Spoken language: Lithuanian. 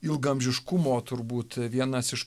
ilgaamžiškumo turbūt vienas iš